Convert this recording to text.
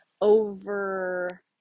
over